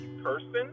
Person